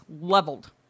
leveled